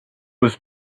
was